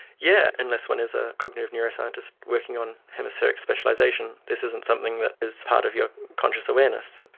yeah unless one is a cognitive neuroscientist working on hemispheric specialisation, this isn't something that is part of your conscious awareness.